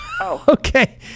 Okay